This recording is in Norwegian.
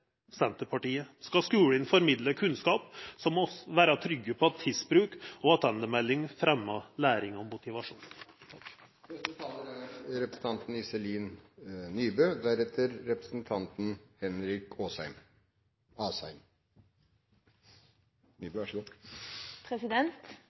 Senterpartiet. Skal skulen formidla kunnskap, må vi vera trygge på at tidsbruk og attendemelding fremjar læring og motivasjon.